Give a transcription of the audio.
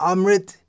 Amrit